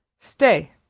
stay,